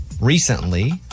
recently